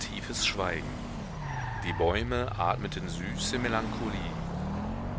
tiefes schweigen die bäume atmeten süße melancholie